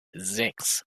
sechs